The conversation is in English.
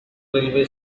railway